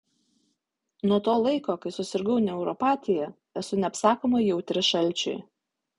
nuo to laiko kai susirgau neuropatija esu neapsakomai jautri šalčiui